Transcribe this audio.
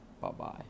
Bye-bye